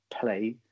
play